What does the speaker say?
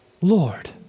Lord